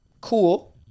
cool